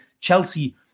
Chelsea